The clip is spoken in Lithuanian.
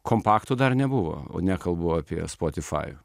kompakto dar nebuvo nekalbu apie spotifajų